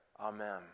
Amen